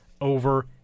over